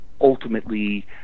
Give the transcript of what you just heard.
ultimately